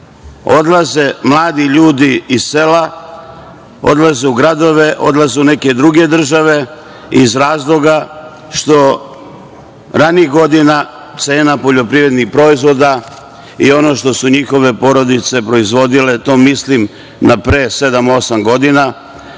odlaze mladi ljudi, u gradove, u neke druge države, iz razloga što ranijih godina cena poljoprivrednih proizvoda i ono što su njihove porodice proizvodile, tu mislim na vreme od pre 7-8 godina,